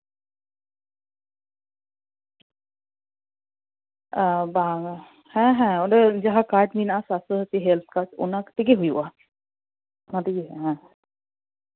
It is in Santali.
ᱟᱨ ᱵᱟᱝ ᱦᱮᱸ ᱦᱮᱸ ᱚᱸᱰᱮ ᱡᱟᱦᱟᱸ ᱠᱟᱨᱰ ᱢᱮᱱᱟᱜᱼᱟ ᱥᱟᱥᱛᱷᱚᱥᱟᱛᱷᱤ ᱦᱮᱞᱛᱷ ᱠᱟᱨᱰ ᱚᱱᱟ ᱛᱮᱜᱮ ᱦᱩᱭᱩᱜᱼᱟ ᱚᱱᱟ ᱛᱮᱜᱮ ᱦᱩᱭᱩᱜᱼᱟ ᱦᱮᱸ